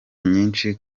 nyinshi